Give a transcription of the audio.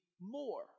more